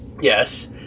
Yes